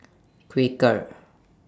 Quaker